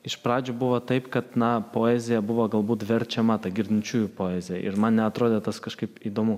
iš pradžių buvo taip kad na poezija buvo galbūt verčiama ta girdinčiųjų poezija ir man neatrodė tas kažkaip įdomu